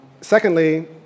Secondly